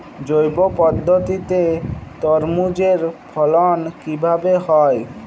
জৈব পদ্ধতিতে তরমুজের ফলন কিভাবে হয়?